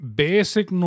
basic